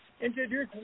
introduce